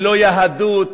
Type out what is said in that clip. ולא יהדות,